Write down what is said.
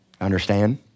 Understand